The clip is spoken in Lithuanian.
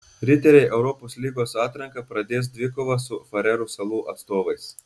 riteriai europos lygos atranką pradės dvikova su farerų salų atstovais